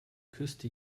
küsste